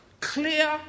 Clear